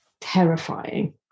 terrifying